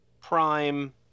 prime